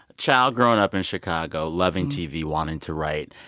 child growing up in chicago, loving tv, wanting to write,